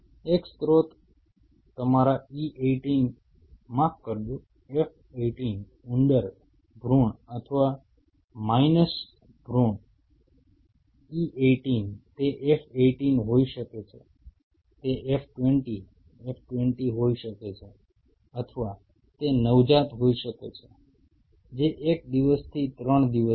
એક સ્રોત તમારા E 18 માફ કરશો F 18 ઉંદર ભૃણ અથવા માઇસ ભૃણ E 18 તે F 18 હોઈ શકે છે તે F 20 F 20 હોઈ શકે છે અથવા તે નવજાત હોઈ શકે છે જે એક દિવસથી 3 દિવસ છે